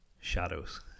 Shadows